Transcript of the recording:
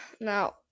Now